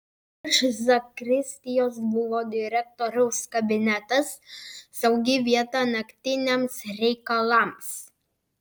virš zakristijos buvo direktoriaus kabinetas saugi vieta naktiniams reikalams